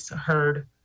heard